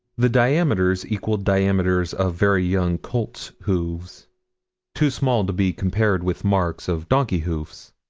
the diameters equaled diameters of very young colts' hoofs too small to be compared with marks of donkey's hoofs.